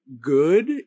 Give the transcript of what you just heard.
good